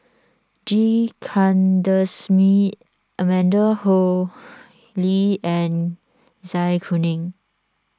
G Kandasamy Amanda Koe Lee and Zai Kuning